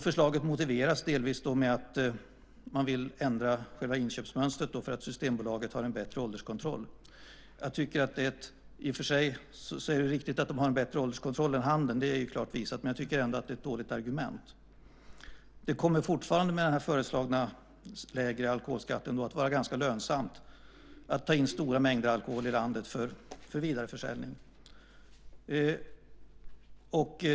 Förslaget motiveras delvis med att man vill ändra själva inköpsmönstret därför att Systembolaget har en bättre ålderskontroll. I och för sig är det riktigt att de har en bättre ålderskontroll än handeln. Det är klart visat. Men jag tycker ändå att det är ett dåligt argument. Det kommer fortfarande med den föreslagna lägre alkoholskatten att vara ganska lönsamt att ta in stora mängder alkohol i landet för vidare försäljning.